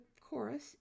chorus